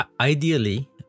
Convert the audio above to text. ideally